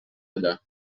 allà